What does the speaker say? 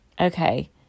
okay